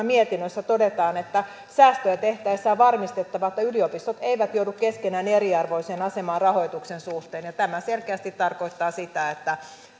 mietinnössä todetaan että säästöjä tehtäessä on varmistettava että yliopistot eivät joudu keskenään eriarvoiseen asemaan rahoituksen suhteen tämä selkeästi tarkoittaa sitä että